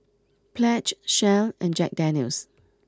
Pledge Shell and Jack Daniel's